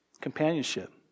Companionship